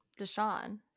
Deshaun